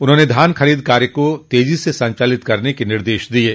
उन्होंने धान खरीद कार्य को तेजी से संचालित करने के निर्देश दिये हैं